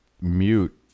mute